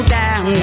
down